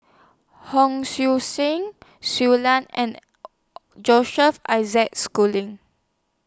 Hon Sui Sen Shui Lan and Joseph Isaac Schooling